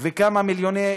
וכמה מיליוני